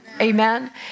Amen